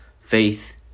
faith